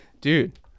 dude